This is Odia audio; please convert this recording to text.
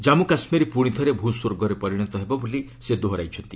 ଜାମ୍ମୁ କାଶ୍ମୀର ପୁଣି ଥରେ ଭ୍ରସ୍ୱର୍ଗରେ ପରିଣତ ହେବ ବୋଲି ସେ ଦୋହରାଇଛନ୍ତି